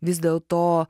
vis dėlto